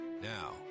Now